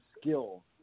skill